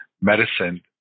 medicine